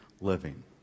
living